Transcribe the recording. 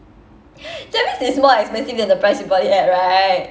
that means it's more expensive than the price you bought it at right